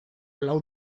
lau